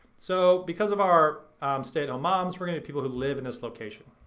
so because of our stay-at-home moms we're gonna do people who live in this location.